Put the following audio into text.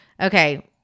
Okay